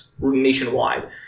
nationwide